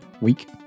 week